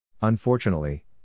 Unfortunately